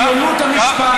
עליונות, עליונות המשפט.